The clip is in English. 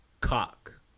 Cock